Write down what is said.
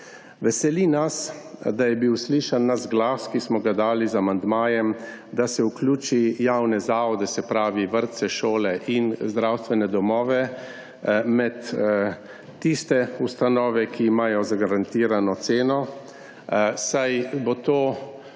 Veseli nas, da je bil slišan naš glas, ki smo ga dali z amandmajem, da se vključi javne zavode, se pravi vrtce, šole in zdravstvene domove med tiste ustanove, ki imajo zagarantirano ceno, saj bo to